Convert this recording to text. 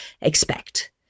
expect